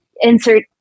insert